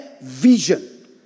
vision